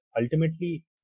ultimately